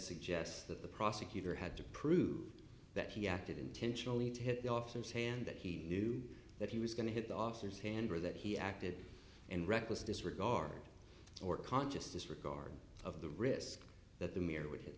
suggests that the prosecutor had to prove that he acted intentionally to hit the officers hand that he knew that he was going to hit the officers hand or that he acted and reckless disregard or conscious disregard of the risk that the mirror would hit